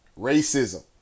racism